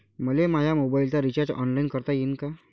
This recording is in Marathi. मले माया मोबाईलचा रिचार्ज ऑनलाईन करता येईन का?